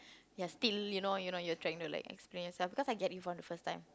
you're still you know you know you're trying to like explain yourself because I get you from the first time